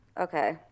Okay